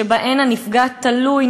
שבהם הנפגע תלוי,